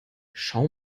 schau